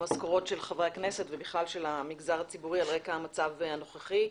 המשכורת של חברי הכנסת ובכלל של המגזר הציבורי על רקע המצב הנוכחי.